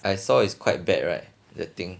I saw is quite bad right the thing